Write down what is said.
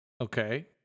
Okay